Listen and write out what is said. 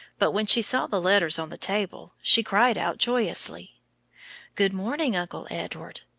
but when she saw the letters on the table she cried out joyously good morning, uncle edward.